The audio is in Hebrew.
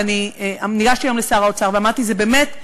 ואני ניגשתי היום לשר האוצר ואמרתי: זה באמת,